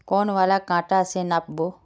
कौन वाला कटा से नाप बो?